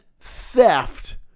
theft